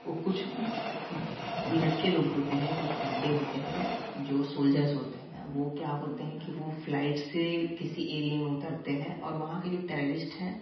वो कुछ लड़के लोग होते हैं कुछ बंदे होते हैं जो सोल्जर्स होते है वो क्या होते हैं कि वो फलाइट से किसी एरिये में उतरते हैं और वहाँ के जो टेरेरिस्ट है